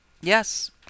Yes